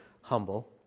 humble